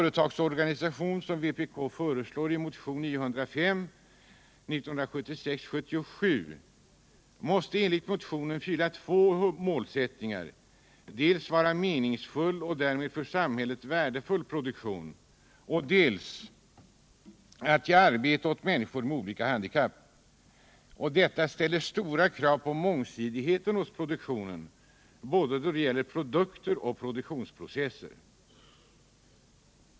1976/77:905, måste enligt motionen fylla två målsättningar — dels vara meningsfull och därmed ha en för samhället värdefull produktion, dels ge arbete åt människor med olika handikapp. Detta ställer stora krav på mångsidigheten hos produktionen då det gäller både produkter och produktionsprocesser.